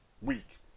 week